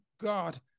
God